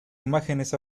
imágenes